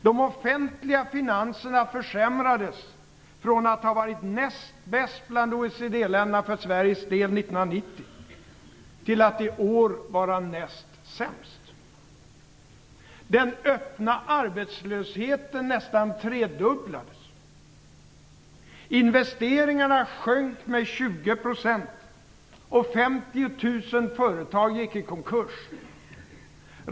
De offentliga finanserna försämrades. Sverige har, från att ha varit näst bäst bland OECD-länderna 1990, kommit att bli näst sämst i år. Den öppna arbetslösheten nästan tredubblades. Investeringarna sjönk med 20 % och 50 000 företag gick i konkurs.